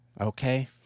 okay